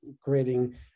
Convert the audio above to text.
creating